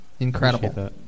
Incredible